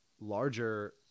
larger